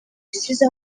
rusizi